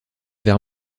vers